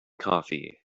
coffee